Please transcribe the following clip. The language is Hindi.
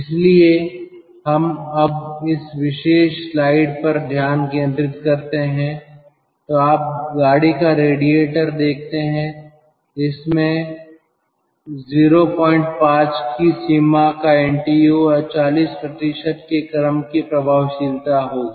इसलिए हम अब इस विशेष स्लाइड पर ध्यान केंद्रित करते हैं तो आप गाड़ी का रेडिएटर देखते हैं इसमें 05 की सीमा का NTU और 40 के क्रम की प्रभावशीलता होगी